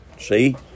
See